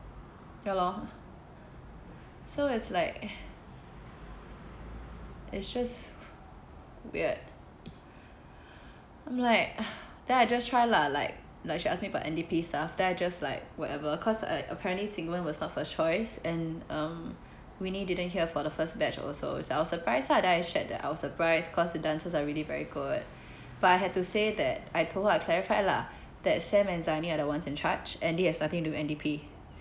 ya lor so it's like it's just weird I'm like then I just try lah like she asked me about N_D_P stuff then I just like whatever cause apparently qing wen was the first choice and um winnie didn't hear for the first batch also so I was surprised lah that I shared that I was surprised cause the dancers are really very good but I had to say that I told her I clarify lah that sam and zani are the ones in charge andy has nothing to do with N_D_P